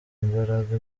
imbaraga